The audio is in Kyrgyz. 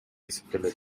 эсептелет